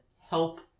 help